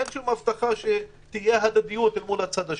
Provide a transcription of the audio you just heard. אין שום הבטחה שתהיה הדדיות מול הצד השני.